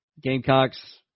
Gamecocks